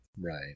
right